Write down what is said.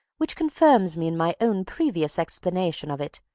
which confirms me in my own previous explanation of it.